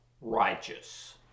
righteous